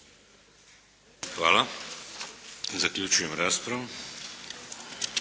Hvala. Zaključujem raspravu.